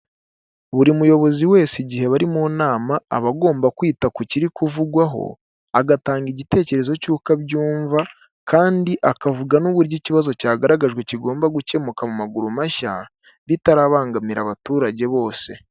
Buri muyobozi wese igihe bari mu nama aba agomba kwita ku kiri kuvugwaho agatanga igitekerezo cy'uko abyumva kandi akavuga n'uburyo ikibazo cyagaragajwe kigomba gukemuka mu maguru mashya bitarabangamira abaturage bose.